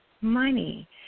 money